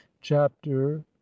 chapter